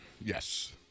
Yes